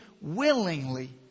willingly